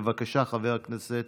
בבקשה, חבר הכנסת